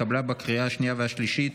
התקבלה בקריאה השנייה והשלישית,